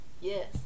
Yes